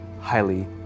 highly